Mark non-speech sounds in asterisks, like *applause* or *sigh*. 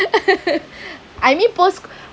*laughs* I mean post